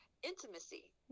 intimacy